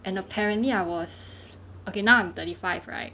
and apparently I was okay now I'm thirty five right